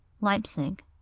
Leipzig